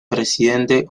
presidente